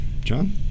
John